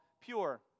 pure